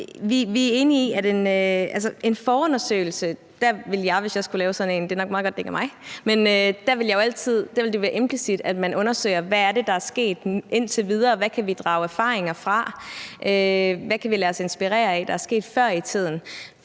meget godt, at det ikke er mig – at det ville være implicit, at man undersøger, hvad det er, der er sket indtil videre, hvad vi kan drage erfaringer fra, og hvad vi kan lade os inspirere af af ting, der er sket før i tiden,